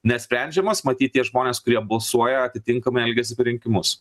nesprendžiamos matyt tie žmonės kurie balsuoja atitinkamai elgiasi per rinkimus